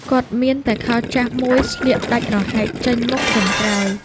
គាត់មានតែខោចាស់មួយស្លៀកដាច់រហែកចេញមុខចេញក្រោយ។